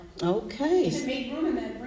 Okay